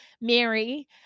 Mary